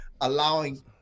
allowing